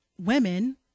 women